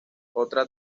otra